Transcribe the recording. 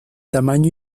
tamaño